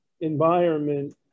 environment